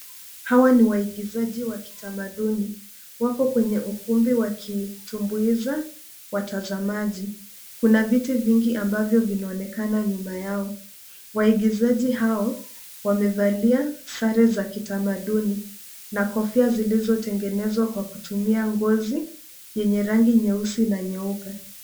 Hawa ni waigizaji wa kitamaduni. Wako kwenye ukumbi wakitumbuiza watazamaji. Kuna viti vingi ambavyo vinaonekana nyuma yao. Waigizaji hao wamevalia sare za kitamaduni na kofia zilizo tengenezwa kwa kutumia ngozi yenye rangi nyeusi na nyeupe.